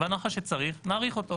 בהנחה שצריך נאריך אותו,